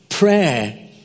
Prayer